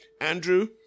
Andrew